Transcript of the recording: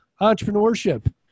entrepreneurship